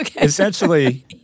essentially